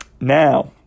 Now